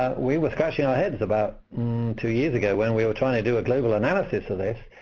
we were scratching our heads about two years ago when we were trying to do a global analysis of this,